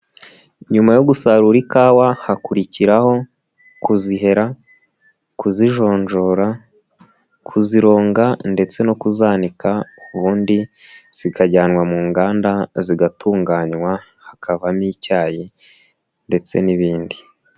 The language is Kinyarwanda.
Nyuma yo gusarura ikawa hakurikiraho kuzihera, kuzijonjora, kuzironga ndetse no kuzanika, ubundi zikajyanwa mu nganda, zigatunganywa hakavamo icyayi ndetse n'ibindi.